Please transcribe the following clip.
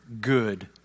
good